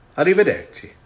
Arrivederci